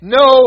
no